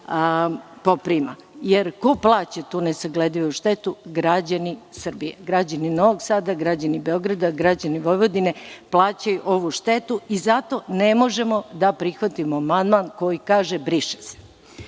poprima. Ko plaća tu nesagledivu štetu? Građani Srbije, građani Novog Sada, građani Beograda, građani Vojvodine plaćaju ovu štetu i zato ne možemo da prihvatimo amandman koji kaže – briše